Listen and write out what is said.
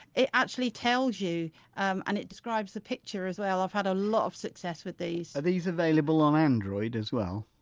it actually tells you um and it describes the picture as well i've had a lot of success with these are these available on android as well?